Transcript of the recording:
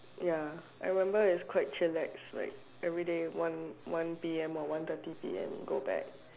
ya I remember it's quite chillax like everyday one one P_M or one thirty P_M go back